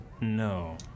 no